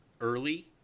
early